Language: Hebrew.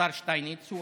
השר שטייניץ, הוא